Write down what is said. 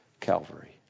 Calvary